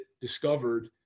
discovered